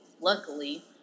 luckily